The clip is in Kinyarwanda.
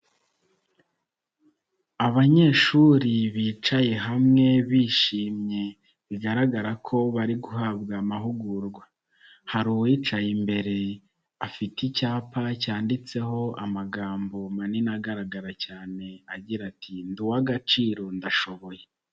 Abanyeshuri bicaye hamwe bishimye bigaragara ko bari guhabwa amahugurwa. Hari uwicaye imbere afite icyapa cyanditseho amagambo manini agaragara cyane, agira ati:" Ndi uw'agaciro ndashoboye".